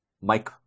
Mike